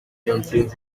ciències